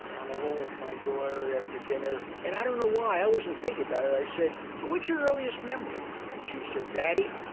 i'm alone with my daughter after dinner and i don't know why, i wasn't thinking about it, i said what's your earliest memory? and she said daddy,